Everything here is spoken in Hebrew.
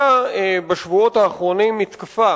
בשבועות האחרונים היתה מתקפה